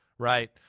Right